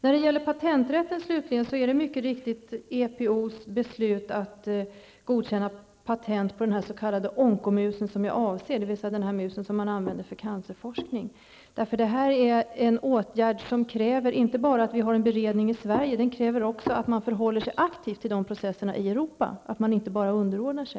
När det gäller patenträtten är det mycket riktigt onkomusen som jag avser, dvs. den mus som man använder för cancerforskning. Det är en åtgärd som kräver inte bara att vi har en beredning i Sverige utan också att vi förhåller oss aktivt till de processerna i Europa, att vi inte bara underordnar oss.